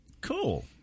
Cool